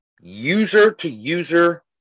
user-to-user